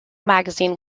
magazine